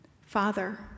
Father